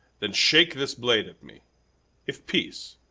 then shake this blade at me if peace,